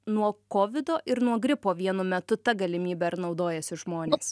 nuo kovido ir nuo gripo vienu metu ta galimybe ar naudojasi žmonės